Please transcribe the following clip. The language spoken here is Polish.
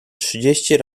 trzynaście